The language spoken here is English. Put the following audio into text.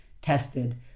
tested